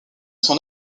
son